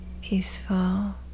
Peaceful